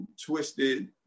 twisted